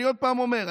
אני עוד פעם אומר,